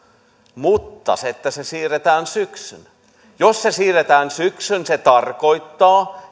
mutta että se siirretään syksyyn jos se siirretään syksyyn se tarkoittaa